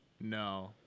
No